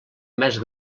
més